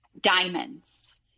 diamonds